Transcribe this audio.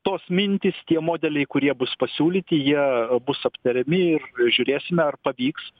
tos mintys tie modeliai kurie bus pasiūlyti jie bus aptariami ir žiūrėsime ar pavyks